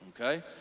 okay